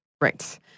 Right